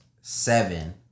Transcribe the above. seven